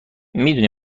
میدونی